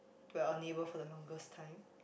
been our neighbour for the longest time